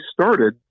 started